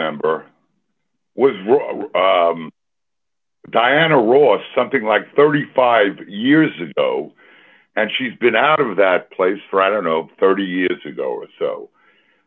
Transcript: member was wrong diana ross something like thirty five years ago and she's been out of that place for i don't know thirty years ago or so